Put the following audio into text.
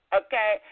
okay